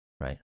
right